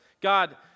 God